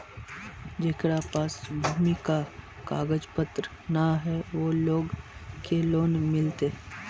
जेकरा पास भूमि का कागज पत्र न है वो लोग के लोन मिलते?